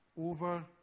over